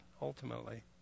ultimately